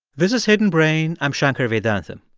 this is hidden brain. i'm shankar vedantam.